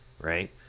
right